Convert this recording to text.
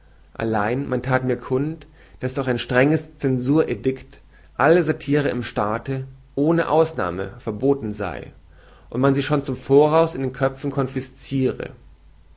allein man that mir kund daß durch ein strenges zensuredikt alle satire im staate ohne ausnahme verboten sei und man sie schon zum voraus in den köpfen